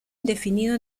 indefinido